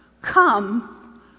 come